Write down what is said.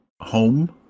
Home